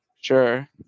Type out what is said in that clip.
Sure